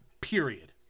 Period